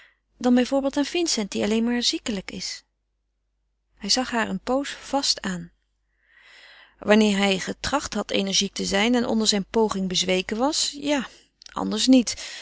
dan bijvoorbeeld aan vincent die alleen maar ziekelijk is hij zag haar een pooze vast aan wanneer hij getracht had energiek te zijn en onder zijn poging bezweken was ja anders niet